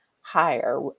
higher